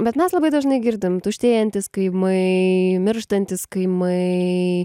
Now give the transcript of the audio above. bet mes labai dažnai girdim tuštėjantys kaimai mirštantys kaimai